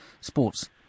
sports